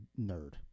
nerd